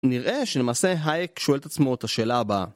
נראה שלמעשה הייק שואל את עצמו את השאלה הבאה